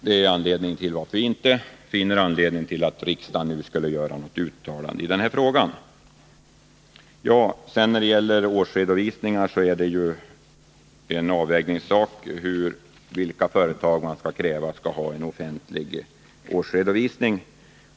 Det är anledningen till att vi inte anser att riksdagen nu skall göra något uttalande i denna fråga. När det gäller årsredovisningar är det ju en avvägningssak att fastställa av vilka företag man skall kräva en offentlig årsredovisning.